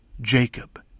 Jacob